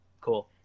Cool